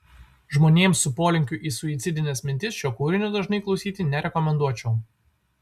žmonėms su polinkiu į suicidines mintis šio kūrinio dažnai klausyti nerekomenduočiau